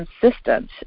consistent